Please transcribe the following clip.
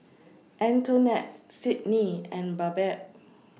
Antonette Sydnie and Babette